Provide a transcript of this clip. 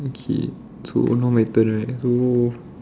okay so now my turn right so